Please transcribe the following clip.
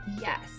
Yes